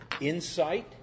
insight